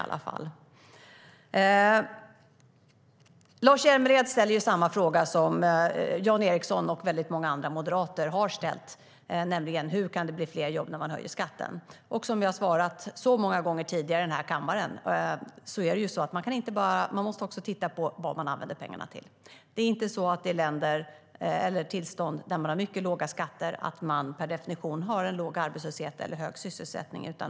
Lars Hjälmered ställer samma fråga som Jan Ericson och många andra moderater har ställt, nämligen hur det kan bli fler jobb när man höjer skatten. Som jag har svarat så många gånger tidigare i denna kammare måste man också titta på vad man använder pengarna till. Där man har mycket låga skatter har man inte per definition en låg arbetslöshet eller hög sysselsättning.